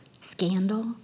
Scandal